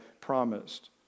promised